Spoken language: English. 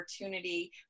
opportunity